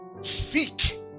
seek